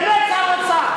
תגנה את שר האוצר.